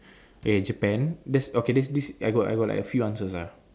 okay Japan there's okay there's this I got I got like a few answer ah